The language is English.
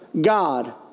God